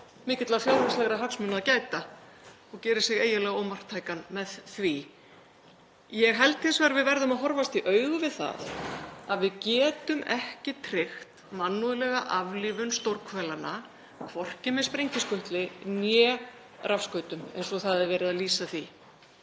mikilla fjárhagslegra hagsmuna að gæta og gerir sig eiginlega ómarktækan með því. Ég held hins vegar að við verðum að horfast í augu við það að við getum ekki tryggt mannúðlega aflífun stórhvelanna, hvorki með sprengiskutlum né rafskautum eins og það er verið að lýsa því.